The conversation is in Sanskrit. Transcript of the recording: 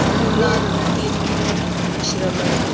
न्यूनातिन्यूनश्रमेण